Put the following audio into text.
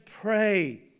pray